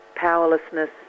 powerlessness